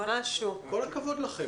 כל הכבוד לכם.